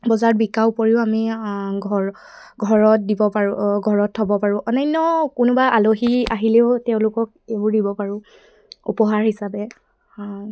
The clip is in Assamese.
বজাৰত বিকা উপৰিও আমি ঘৰ ঘৰত দিব পাৰোঁ ঘৰত থ'ব পাৰোঁ অনান্য কোনোবা আলহী আহিলেও তেওঁলোকক এইবোৰ দিব পাৰোঁ উপহাৰ হিচাপে